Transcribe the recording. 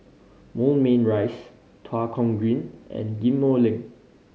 Moulmein Rise Tua Kong Green and Ghim Moh Link